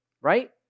Right